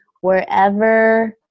wherever